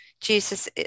Jesus